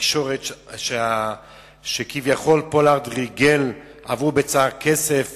בתקשורת שכביכול פולארד ריגל עבור בצע כסף